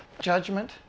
judgment